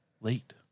late